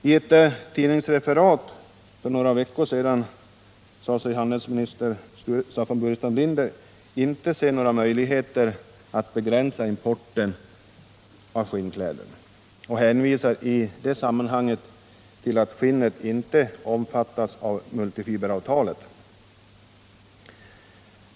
I ett tidningsreferat för några veckor sedan sade sig handelsminister Staffan Burenstam Linder inte se några möjligheter att begränsa importen av skinnkläder, och han hänvisade i det sammanhanget till att skinnet inte omfattas av multifiberavtalet.